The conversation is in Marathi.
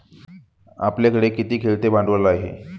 आपल्याकडे किती खेळते भांडवल आहे?